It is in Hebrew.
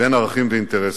בין ערכים לאינטרסים.